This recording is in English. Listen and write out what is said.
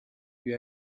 you